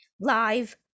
live